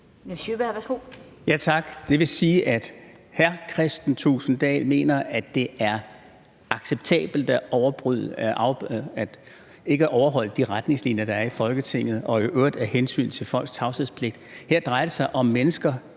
Det vil sige, at hr. Kristian Thulesen Dahl mener, at det er acceptabelt ikke at overholde de retningslinjer, der er i Folketinget og i øvrigt af hensyn til folks tavshedspligt. Her drejer det sig om mennesker,